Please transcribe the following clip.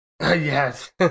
Yes